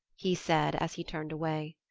he said, as he turned away.